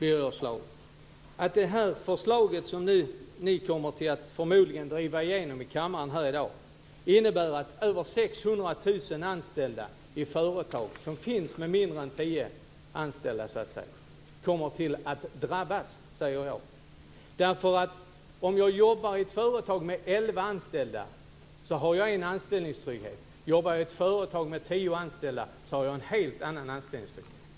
Fru talman! Det är faktiskt så, Birger Schlaug, att det förslag som ni förmodligen kommer att driva igenom i kammaren i dag innebär att över 600 000 anställda i företag med mindre än tio anställda kommer att drabbas. Om jag jobbar i ett företag med elva anställda har jag en anställningstrygghet. Om jag jobbar i ett företag med tio anställda har jag en helt annan anställningstrygghet.